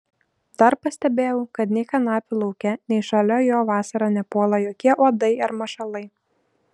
dar pastebėjau kad nei kanapių lauke nei šalia jo vasarą nepuola jokie uodai ar mašalai